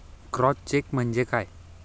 Cross check म्हणजे काय?